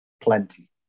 plenty